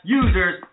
users